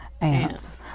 ants